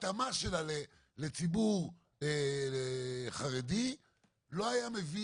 וההתאמה שלה לציבור חרדי לא היה מביא